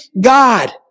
God